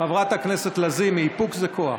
חברת הכנסת לזימי, איפוק זה כוח.